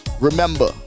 remember